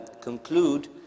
conclude